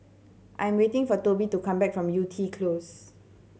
I'm waiting for Toby to come back from Yew Tee Close